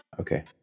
Okay